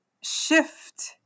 shift